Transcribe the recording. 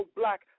black